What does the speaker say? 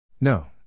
No